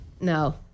No